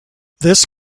this